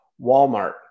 Walmart